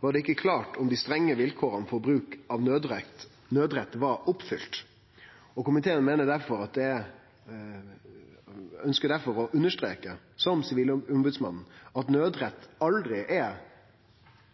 var det ikkje klart om dei strenge vilkåra for bruk av nødrett var oppfylte. Komiteen ønskjer derfor å understreke, som Sivilombodsmannen, at nødrett aldri er